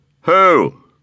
Who